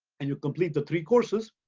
and you complete the three courses,